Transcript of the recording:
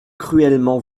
cruellement